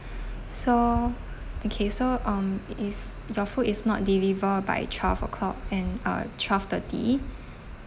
so okay so um if your food is not deliver by twelve o'clock and uh twelve thirty